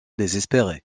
désespérée